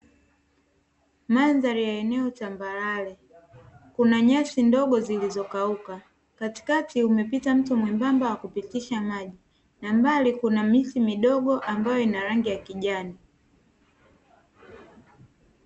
Mandhari ya eneo tambarale kuna nyasi ndogo zilizokauka. Katikati umepita mto mwembamba wa kupitisha maji na mbali kuna miti midogo ambayo ina rangi ya kijani.